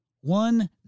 One